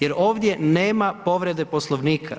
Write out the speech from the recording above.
Jer ovdje nema povrede Poslovnika.